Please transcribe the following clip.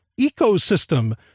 ecosystem